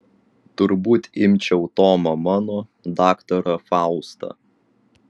turbūt imčiau tomo mano daktarą faustą